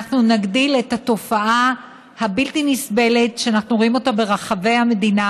אנחנו נגדיל את התופעה הבלתי-נסבלת שאנחנו רואים ברחבי המדינה,